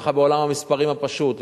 ככה בעולם המספרים הפשוט,